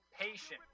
patient